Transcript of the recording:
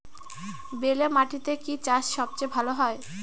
বেলে মাটিতে কি চাষ সবচেয়ে ভালো হয়?